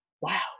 Wow